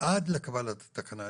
עד לקבלת התקנות.